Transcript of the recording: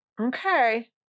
Okay